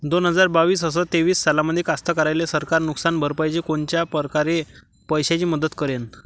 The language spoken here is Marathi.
दोन हजार बावीस अस तेवीस सालामंदी कास्तकाराइले सरकार नुकसान भरपाईची कोनच्या परकारे पैशाची मदत करेन?